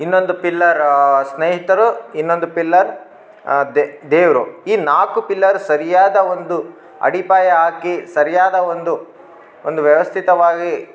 ಇನ್ನೊಂದು ಪಿಲ್ಲರ್ ಸ್ನೇಹಿತರು ಇನ್ನೊಂದು ಪಿಲ್ಲರ್ ದೇವರು ಈ ನಾಲ್ಕು ಪಿಲ್ಲರ್ ಸರಿಯಾದ ಒಂದು ಅಡಿಪಾಯ ಹಾಕಿ ಸರ್ಯಾದ ಒಂದು ಒಂದು ವ್ಯವಸ್ಥಿತವಾಗಿ